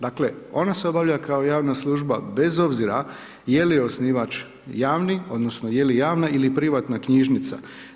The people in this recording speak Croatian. Dakle, ona se obavlja kao javne služba, bez obzira je li osnivač javni, odnosno, je li javna ili privatna knjižnica.